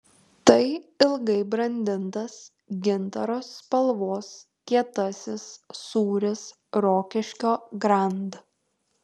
tai ilgai brandintas gintaro spalvos kietasis sūris rokiškio grand